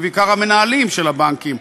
ובעיקר המנהלים של הבנקים,